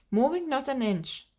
moving not an inch.